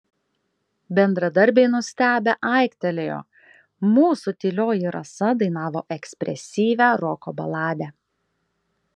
bendradarbiai nustebę aiktelėjo mūsų tylioji rasa dainavo ekspresyvią roko baladę